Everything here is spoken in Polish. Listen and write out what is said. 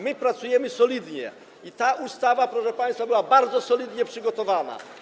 My pracujemy solidnie, i ta ustawa, proszę państwa, była bardzo solidnie przygotowana.